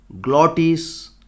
glottis